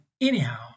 anyhow